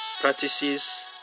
practices